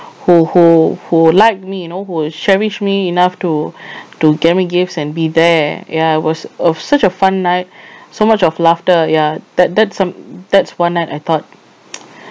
who who who like me you know who cherish me enough to to get me gifts and be there ya was uh such a fun night so much of laughter ya that that's some~ that's one night I thought